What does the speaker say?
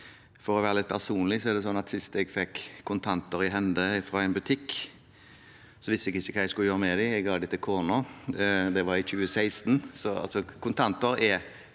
For å være litt personlig er det slik at sist jeg fikk kontanter i hende fra en butikk, visste jeg ikke hva jeg skulle gjøre med dem – jeg ga dem til kona. Det var i 2016. Kontantbruk er